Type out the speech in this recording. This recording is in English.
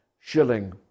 shilling